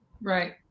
Right